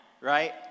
right